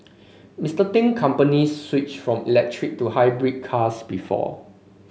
Mister Ting company switched from electric to hybrid cars before